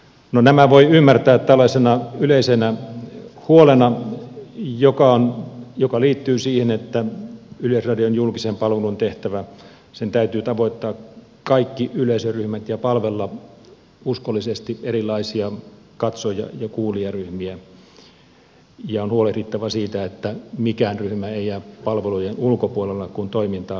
no nämä voidaan ymmärtää tällaisena yleisenä huolena joka liittyy siihen että yleisradion julkisen palvelun tehtävän täytyy tavoittaa kaikki yleisöryhmät ja palvella uskollisesti erilaisia katsoja ja kuulijaryhmiä ja on huolehdittava siitä että mikään ryhmä ei jää palvelujen ulkopuolelle kun toimintaa kehitetään